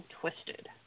twisted